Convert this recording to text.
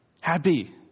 happy